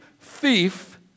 thief